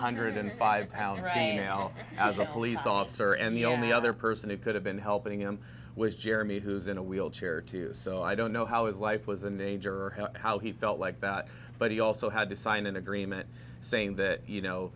hundred and five i was a police officer and the only other person who could have been helping him was jeremy who's in a wheelchair too so i don't know how his life was a major or how he felt like that but he also had to sign an agreement saying that you know